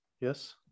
yes